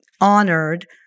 honored